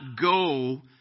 go